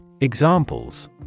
Examples